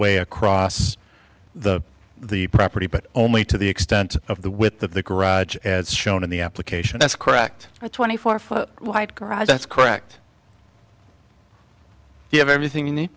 way across the the property but only to the extent of the with the garage as shown in the application that's cracked twenty four foot wide garage that's correct you have everything you need